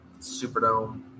Superdome